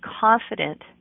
confident